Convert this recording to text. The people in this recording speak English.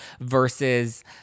versus